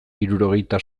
hirurogeita